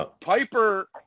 Piper